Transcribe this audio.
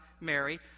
Mary